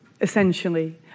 essentially